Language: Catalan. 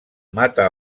mata